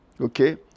Okay